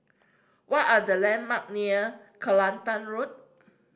what are the landmark near Kelantan Road